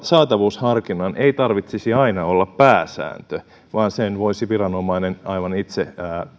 saatavuusharkinnan ei tarvitsisi aina olla pääsääntö vaan sen voisi viranomainen aivan itse